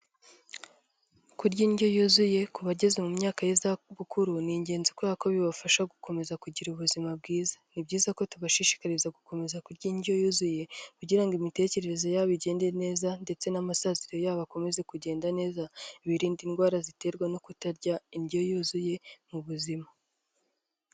Kurya indyo yuzuye ku bageze mu myaka y'iza bukuru ni ingenzi kubera ko bibafasha gukomeza kugira ubuzima bwiza. Ni byiza ko tubashishikariza gukomeza kurya indyo yuzuye, kugira ngo imitekerereze yabo igende neza ndetse n'amasaziro yabo akomeze kugenda neza, birinde indwara ziterwa no kutarya indyo yuzuye mu buzima.